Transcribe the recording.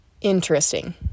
interesting